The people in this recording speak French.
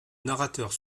narrateur